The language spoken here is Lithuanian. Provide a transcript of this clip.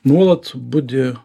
nuolat budi